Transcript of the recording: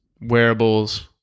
wearables